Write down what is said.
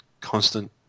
constant